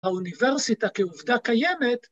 ‫האוניברסיטה כעובדה קיימת.